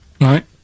Right